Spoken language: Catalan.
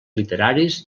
literaris